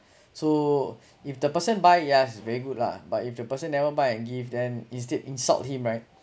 so if the person by yes very good lah but if the person never buy and give then instead insult him right